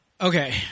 Okay